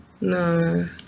No